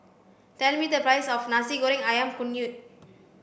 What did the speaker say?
tell me the price of nasi goreng ayam kunyit